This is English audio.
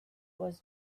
was